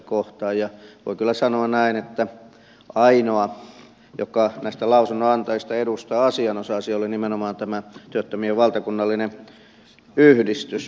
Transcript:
voi kyllä sanoa näin että ainoa joka näistä lausunnonantajista edustaa asianosaisia oli nimenomaan tämä työttömien valtakunnallinen yhdistys